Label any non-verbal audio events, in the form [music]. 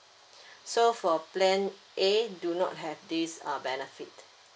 [breath] so for plan A do not have this uh benefit